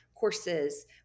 courses